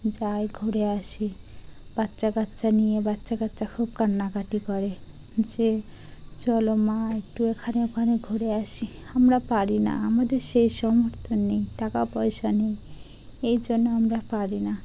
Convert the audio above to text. যাই ঘুরে আসি বাচ্চা কাচ্চা নিয়ে বাচ্চা কাচ্চা খুব কান্নাকাটি করে যে চলো মা একটু এখানে ওখানে ঘুরে আসি আমরা পারি না আমাদের সেই সমর্থন নেই টাকা পয়সা নেই এই জন্য আমরা পারি না